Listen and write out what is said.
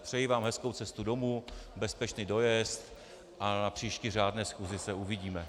Přeji vám hezkou cestu domů, bezpečný dojezd a na příští řádné schůzi se uvidíme.